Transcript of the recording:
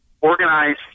organize